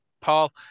Paul